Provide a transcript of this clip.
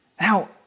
Now